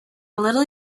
little